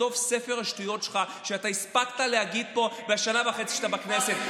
לכתוב את ספר השטויות שלך שהספקת להגיד פה בשנה וחצי שאתה בכנסת.